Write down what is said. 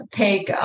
take